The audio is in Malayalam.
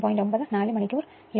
9 4 മണിക്കൂർ load ഇല്ല